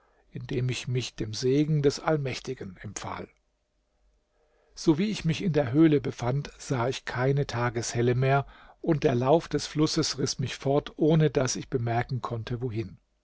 indem ich mich dem segen des allmächtigen empfahl sowie ich mich in der höhle befand sah ich keine tageshelle mehr und der lauf des flusses riß mich fort ohne daß ich bemerken konnte wohin